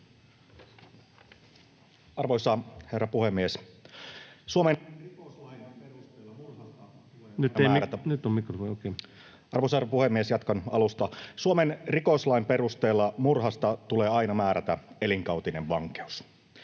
Arvoisa herra puhemies! Jatkan alusta. — Suomen rikoslain perusteella murhasta tulee aina määrätä elinkautinen vankeus.